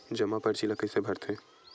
जमा परची ल कइसे भरथे?